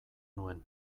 nuen